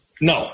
no